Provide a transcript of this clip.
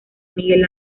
miguel